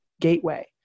gateway